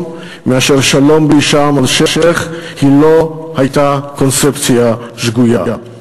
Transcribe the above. בלי שארם-א-שיח'" לא הייתה קונספציה שגויה?